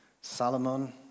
salomon